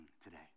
today